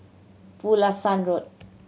Pulasan Road